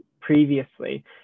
previously